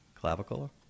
clavicle